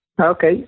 Okay